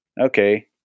okay